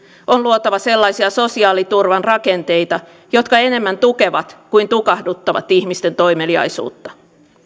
on luotava sellaisia sosiaaliturvan rakenteita jotka enemmän tukevat kuin tukahduttavat ihmisten toimeliaisuutta